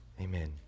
Amen